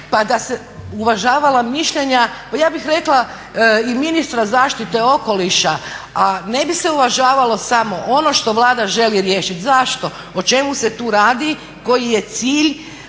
onda bi se uvažavala mišljenja pa ja bih rekla i ministra zaštite okoliša, a ne bi se uvažavalo samo ono što Vlada želi riješiti. Zašto? O čemu se tu radi, koji je cilj?